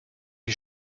die